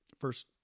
first